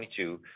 2022